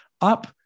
up